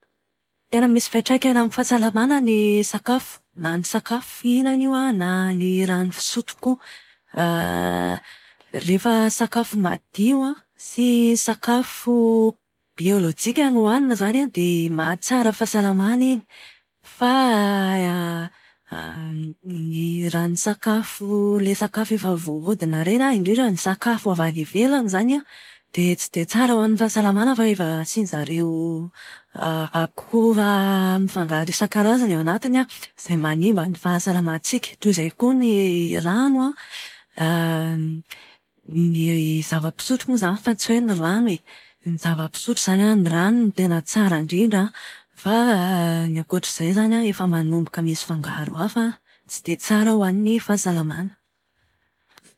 Tena misy fiantraikany amin'ny fahasalamàna ny sakafo. Na ny sakafo fihinana io an, na ny rano fisotro koa. Rehefa sakafo madio an, sy sakafo biolojika no hohanina izany dia mahatsara fahasalamàna iny. Fa ny- raha ny sakafo ilay sakafo efa voahodina ireny an, indrindra ny sakafo avy any ivelany izan an, dia tsy dia tsara ho an'ny fahasalamàna fa efa asian'izareo akora mifangaro isankarazany ao anatiny an, izay manimba ny fahasalamanatsika. Toa izay koa ny rano an, ny zava-pisotro moa izany fa tsy hoe ny rano e. Ny zava-pisotro izany an, ny rano no tena tsara indrindra an, fa ny ankoatr'izay izany an, efa manomboka misy fangaro hafa tsy dia tsara ho an'ny fahasalamàna.